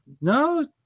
no